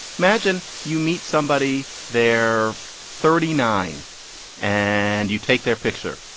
imagine you meet somebody, they're thirty nine and you take their picture.